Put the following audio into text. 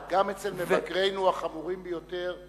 גם אצל מבקרינו החמורים ביותר,